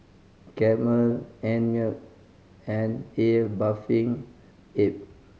Camel Einmilk and A Bathing Ape